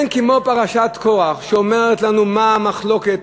אין כמו פרשת קורח שאומרת לנו מה המחלוקת,